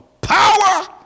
power